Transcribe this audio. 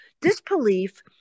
disbelief